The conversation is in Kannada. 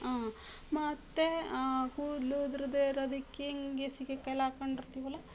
ಮತ್ತೆ ಕೂದಲು ಉದುರದೇ ಇರೋದಕ್ಕೆ ಹಿಂಗೆ ಸೀಗೆಕಾಯಿ ಎಲ್ಲ ಹಾಕೊಂಡಿರ್ತಿವಲ್ಲಾ